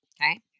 Okay